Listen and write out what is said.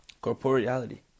corporeality